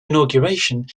inauguration